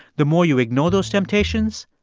the more you ignore those temptations,